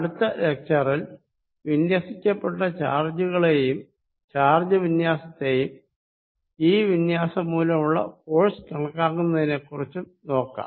അടുത്ത ലെക്ചരിൽ വിന്യസിക്കപ്പെട്ട ചാർജുകളെയും ചാർജ് വിന്യാസത്തെയും ഈ വിന്യാസം മൂലമുള്ള ഫോഴ്സ് കണക്കാക്കുന്നതിനെക്കുറിച്ചും നോക്കാം